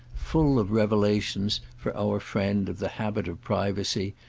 full of revelations, for our friend, of the habit of privacy,